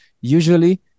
usually